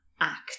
act